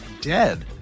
dead